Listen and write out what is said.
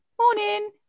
morning